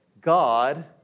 God